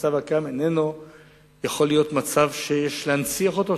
המצב הקיים איננו יכול להיות מצב שיש להנציח אותו,